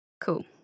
Cool